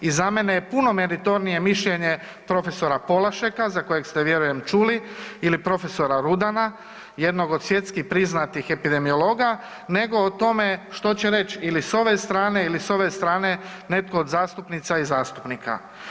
I za mene je puno meritornije mišljenje profesora Polašeka za kojeg ste vjerujem čuli ili profesora Rudana jednog od svjetski priznatih epidemiologa nego o tome što će reći ili s ove strane ili s ove strane netko od zastupnica i zastupnika.